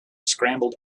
scrambled